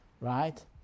right